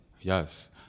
Yes